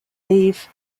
eve